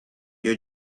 your